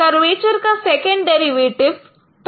curvature का second derivative proportional है